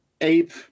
ape